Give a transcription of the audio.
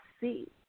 see